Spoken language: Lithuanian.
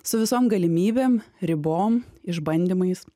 su visom galimybėm ribom išbandymais